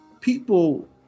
people